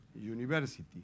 University